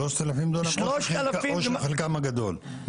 שלושת אלפים דולר או שחלקן הגדול?